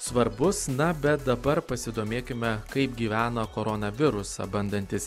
svarbus na bet dabar pasidomėkime kaip gyvena koronavirusą bandantys